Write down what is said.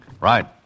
Right